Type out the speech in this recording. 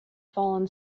fallen